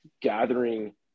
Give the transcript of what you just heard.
gathering